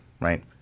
right